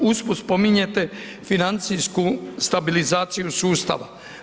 Usput spominjete financijsku stabilizaciju sustava.